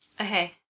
Okay